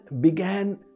began